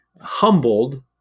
humbled